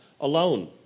alone